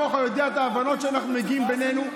ההבנות שאנחנו מגיעים אליהן בינינו.